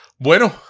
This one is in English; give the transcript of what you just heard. Bueno